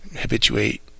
Habituate